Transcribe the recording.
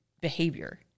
behavior